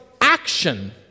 action